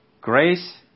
Grace